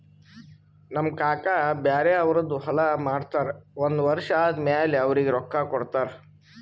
ನಮ್ ಕಾಕಾ ಬ್ಯಾರೆ ಅವ್ರದ್ ಹೊಲಾ ಮಾಡ್ತಾರ್ ಒಂದ್ ವರ್ಷ ಆದಮ್ಯಾಲ ಅವ್ರಿಗ ರೊಕ್ಕಾ ಕೊಡ್ತಾರ್